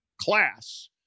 class